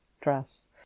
dress